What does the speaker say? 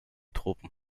tropen